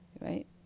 right